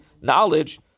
knowledge